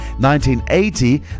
1980